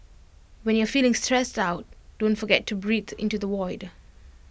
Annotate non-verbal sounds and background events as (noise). when you are feeling stressed out don't forget (noise) to breathe into the void